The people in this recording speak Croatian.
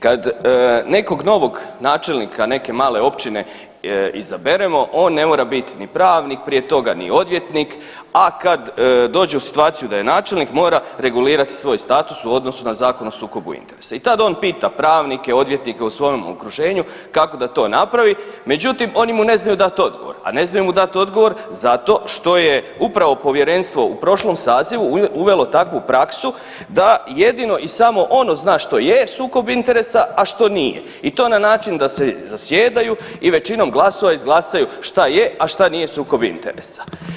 Kad nekog novog načelnika neke male općine izaberemo, on ne mora biti ni pravnik prije toga ni odvjetnik, a kad dođe u situaciju da je načelnik, mora regulirati svoj status u odnosu na Zakon o sukobu interesa i tad on pita pravnike, odvjetnike u svojem okruženju kako da to napravi, međutim, oni mu ne znaju dati odgovor, a ne znaju dati odgovor zato što je upravo Povjerenstvo u prošlom sazivu uvelo takvu praksu da jedino i samo ono zna što je sukob interesa, a što nije i to na način da se zasjedaju i većinom glasova izglasaju šta je, a šta nije sukob interesa.